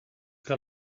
que